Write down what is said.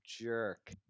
jerk